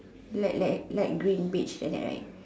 like like light green beige that kind right